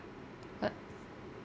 uh